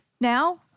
Now